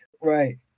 Right